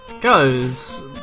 goes